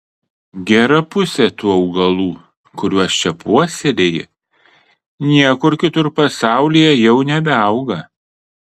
gera pusė tų augalų kuriuos čia puoselėji niekur kitur pasaulyje jau nebeauga